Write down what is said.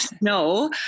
no